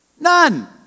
None